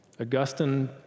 Augustine